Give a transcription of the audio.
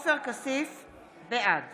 בעד